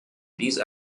these